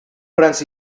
prynais